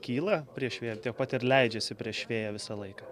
kyla prieš vėją ir tiek pat ir leidžiasi prieš vėją visą laiką